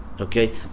okay